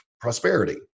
prosperity